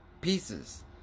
pieces